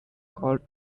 called